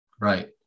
Right